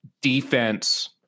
defense